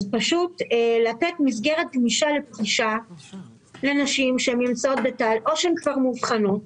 פשוט לתת מסגרת גמישה יותר לנשים שאו שהן כבר מאובחנות